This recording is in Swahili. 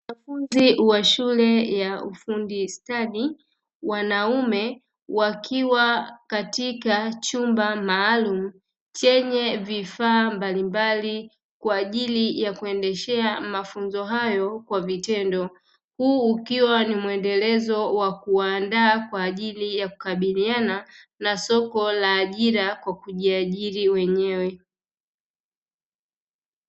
Wanafunzi wa shule ya ufundi stadi (wanaume) wakiwa katika chumba maalumu chenye vifaa mbalimbali kwa ajili ya kuendeshea mafunzo hayo kwa vitendo. Huu ukiwa ni mwendelezo wa kuandaa kwa ajili ya kukabiliana na soko la ajira kwa kujiajiri wenyewe.